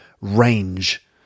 range